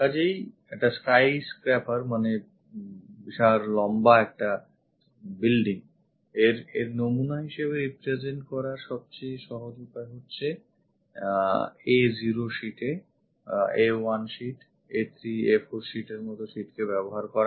কাজেইএকটা skyscraperএর নমুনা হিসেবে represent করার সবচেয়ে সহজ উপায় হচ্ছে আমাদের Ao sheet A1 sheet A3 A4 sheet এর মতো sheet কে ব্যবহার করা